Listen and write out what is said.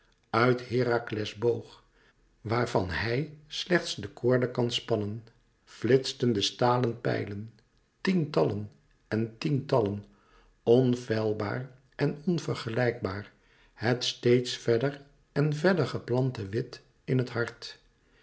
uit herakles boog waarvan hij slechts de koorde kan spannen flitsten de stalen pijlen tientallen en tientallen onfeilbaar en onvergelijkbaar het steeds verder en verder geplante wit in het hart